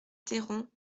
théron